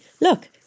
Look